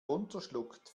runterschluckt